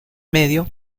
medio